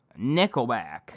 nickelback